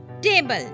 table